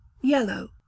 YELLOW